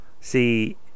See